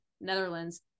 netherlands